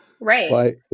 Right